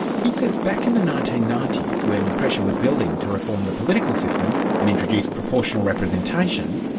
he says back in the nineteen ninety s when pressure was building to reform the political system and introduce proportional representation,